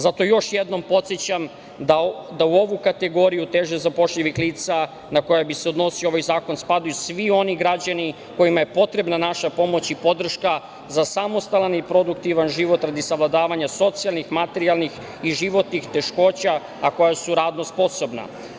Zato još jednom podsećam da u ovu kategoriju teže zapošljivih lica na koje bi se odnosio ovaj zakon spadaju svi oni građani kojima je potrebna naša pomoć i podrška za samostalan i produktivan život radi savladavanja socijalnih, materijalnih i životnih teškoća, a koja su radno sposobna.